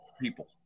people